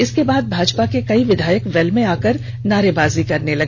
इसके बाद भाजपा के कई विधायक वेल में आकर नारे बाजी करने लगे